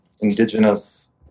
indigenous